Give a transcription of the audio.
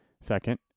Second